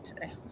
today